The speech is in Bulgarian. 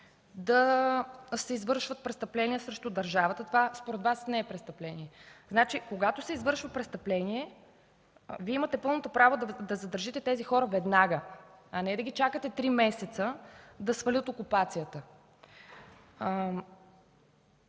да се извършват престъпления срещу държавата. Това според Вас не е престъпление! Когато се извършва престъпление, Вие имате пълното право да задържите тези хора веднага, а не да ги чакате три месеца да свалят окупацията.